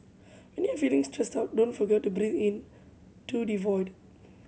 when you are feeling stressed out don't forget to breathe into the void